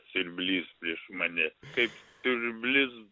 siurblys prieš mane kaip siurblys